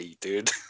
dude